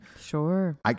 Sure